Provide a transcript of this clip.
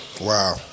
Wow